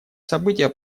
событие